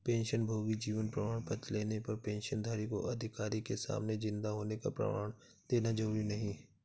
पेंशनभोगी जीवन प्रमाण पत्र लेने पर पेंशनधारी को अधिकारी के सामने जिन्दा होने का प्रमाण देना जरुरी नहीं